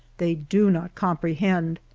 they do not comprehend.